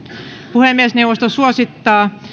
puhemiesneuvosto suosittaa